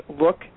look